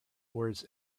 words